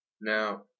now